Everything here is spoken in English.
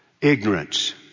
Ignorance